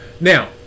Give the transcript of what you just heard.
Now